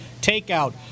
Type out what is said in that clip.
takeout